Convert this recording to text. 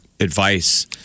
Advice